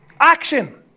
Action